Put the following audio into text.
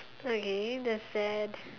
okay that's sad